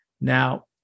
Now